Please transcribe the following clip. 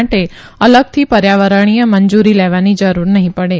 માટે અલગથી પર્યાવરણીય મંજૂરી લેવાની જરૂર નહીં પડે